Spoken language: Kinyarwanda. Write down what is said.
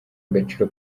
agaciro